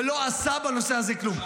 ולא עשה בנושא הזה כלום.